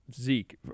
Zeke